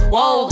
Whoa